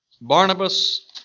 Barnabas